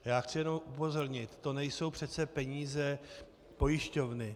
Já chci jenom upozornit to nejsou přece peníze pojišťovny.